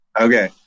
Okay